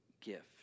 gift